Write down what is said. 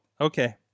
Okay